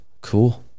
cool